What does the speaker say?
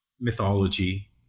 mythology